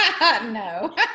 No